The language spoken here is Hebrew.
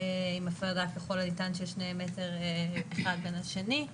עם הפרדה ככל הניתן של שני מטרים בין אחד לשני,